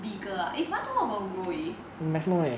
bigger ah it's 馒头 a